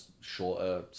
shorter